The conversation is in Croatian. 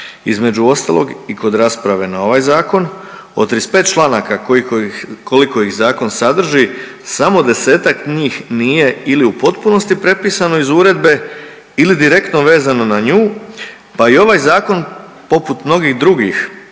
između ostalog i kod rasprave na ovaj zakon. Od 35 članaka koliko ih zakon sadrži samo 10-tak njih nije ili u potpunosti prepisano iz uredbe ili direktno vezano na nju, pa i ovaj zakon poput mnogih drugih,